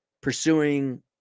pursuing